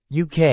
UK